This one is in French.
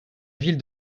ville